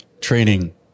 training